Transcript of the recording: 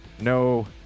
No